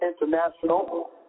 International